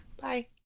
bye